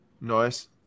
Nice